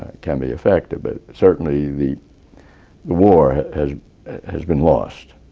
can be effective, but certainly the the war has has been lost.